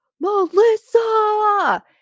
Melissa